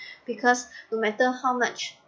because no matter how much